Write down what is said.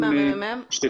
בוודאי.